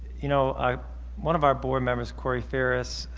you know ah one of our board members, cori farris,